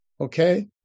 Okay